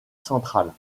centrale